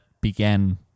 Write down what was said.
began